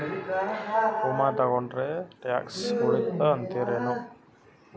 ವಿಮಾ ತೊಗೊಂಡ್ರ ಟ್ಯಾಕ್ಸ ಉಳಿತದ ಅಂತಿರೇನು?